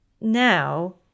now